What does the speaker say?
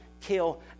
kill